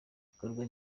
igikorwa